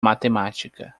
matemática